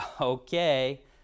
Okay